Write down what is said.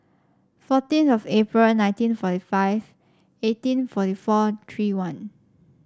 fourteen of April nineteen forty five eighteen forty four three one